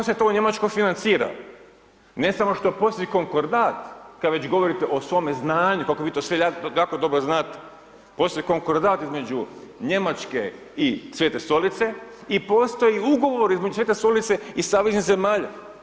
I kako se to u Njemačkoj financira, ne samo što postoji konkordat kad već govorite o svome znanju kako vi to sve jako dobro znate, postoji konkordat između Njemačke i Svete Stolice i postoje ugovori između Svete Stolice i saveznih zemalja.